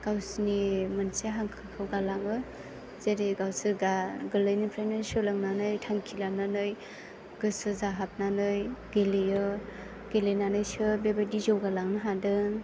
गावसोरनि मोनसे हांखोखौ गालाङो जेरै गावसोर गोरलैनिफ्रायनो सोलोंनानै थांखि लानानै गोसो जाहाबनानै गेलेयो गेलेनानैसो बेबायदि जौगालांनो हादों